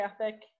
ethic